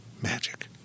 magic